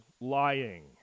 lying